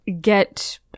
get